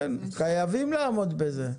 חייבים לעמוד בזה.